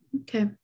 Okay